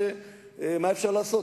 שמה אפשר לעשות,